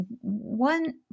One